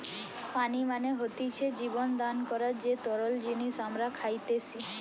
পানি মানে হতিছে জীবন দান করার যে তরল জিনিস আমরা খাইতেসি